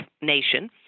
nation